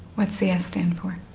what's the s stand for?